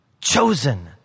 chosen